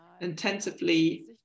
intensively